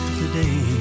today